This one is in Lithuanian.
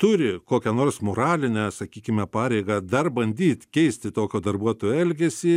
turi kokią nors moralinę sakykime pareigą dar bandyt keisti tokio darbuotojo elgesį